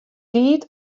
tiid